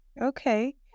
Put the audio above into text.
okay